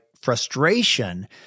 frustration